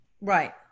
Right